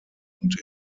und